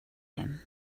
him